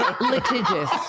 litigious